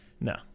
No